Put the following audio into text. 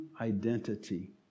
identity